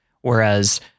Whereas